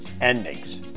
endings